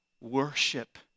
Worship